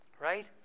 right